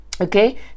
Okay